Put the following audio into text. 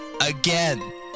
again